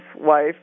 wife